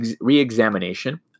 re-examination